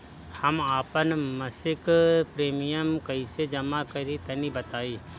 हम आपन मसिक प्रिमियम कइसे जमा करि तनि बताईं?